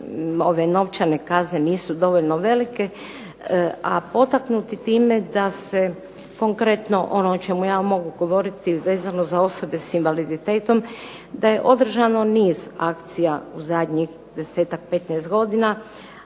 ove novčane kazne nisu dovoljno velike, a potaknuti time da se konkretno ono o čemu ja mogu govoriti vezano za osobe s invaliditetom, da je održano niz akcija u zadnjih 10-ak, 15 godina,